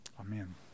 Amen